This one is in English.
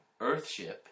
Earthship